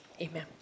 Amen